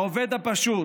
העובד הפשוט